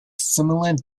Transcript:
similar